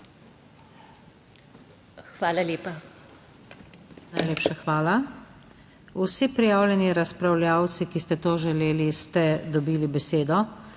Hvala lepa. Vsi prijavljeni razpravljavci, ki ste to želeli ste dobili besedo,